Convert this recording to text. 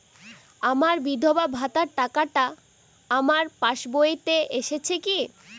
আমার বিধবা ভাতার টাকাটা আমার পাসবইতে এসেছে কি?